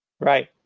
Right